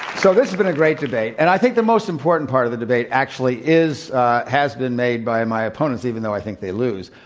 so, this has been a great debate, and i think the most important part of the debate actually is has been made by my opponents, even though i think they lose,